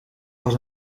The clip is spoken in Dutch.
was